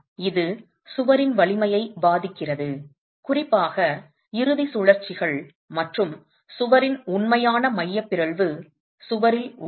இது சுவரின் வலிமையை பாதிக்கிறது குறிப்பாக இறுதி சுழற்சிகள் மற்றும் சுவரின் உண்மையான மைய பிறழ்வு சுவரில் உள்ளது